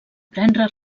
prendre